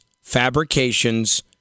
fabrications